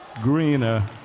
greener